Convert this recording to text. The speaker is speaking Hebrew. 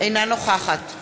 אינו נוכח משה יעלון,